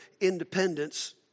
independence